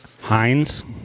Heinz